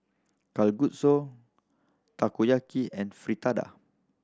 Kalguksu Takoyaki and Fritada